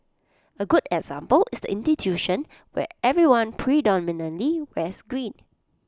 A good example is the institution where everyone predominantly wears green